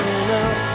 enough